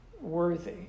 worthy